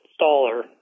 installer